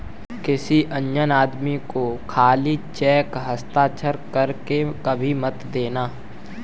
किसी अनजान आदमी को खाली चेक हस्ताक्षर कर के कभी मत देना